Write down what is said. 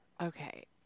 Okay